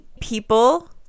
people